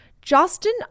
Justin